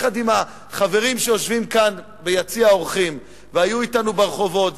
יחד עם החברים שיושבים כאן ביציע האורחים והיו אתנו ברחובות,